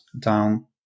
down